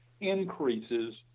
increases